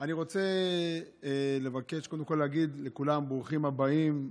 אני רוצה קודם כול להגיד לכולם ברוכים הבאים.